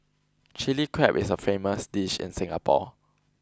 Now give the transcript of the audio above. Chilli Crab is a famous dish in Singapore